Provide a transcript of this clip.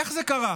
איך זה קרה?